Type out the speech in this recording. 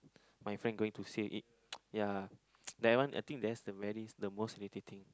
my friend going to say it ya that one I think that's the very the most irritating